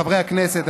חברי הכנסת,